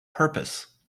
purpose